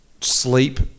sleep